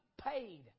Paid